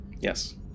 yes